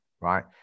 right